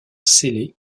scellé